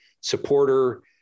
supporter